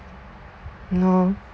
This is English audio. no